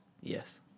Yes